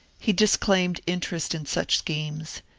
he disclaimed interest in such schemes.